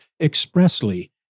expressly